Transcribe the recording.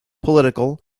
political